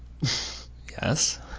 Yes